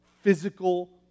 physical